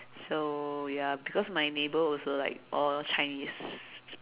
so ya cause my neighbour also like all Chinese